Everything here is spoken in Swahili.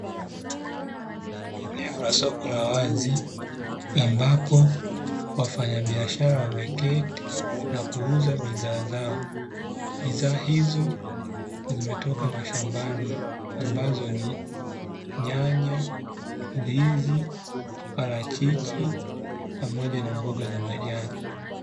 Eneo la soko la wazi ambapo wafanyabiashara wameketi na kuuza bidhaa zao, bidhaa hizo zimetoka mashambani ambazo ni: nyanya, ndizi, parachichi pamoja na mboga za majani.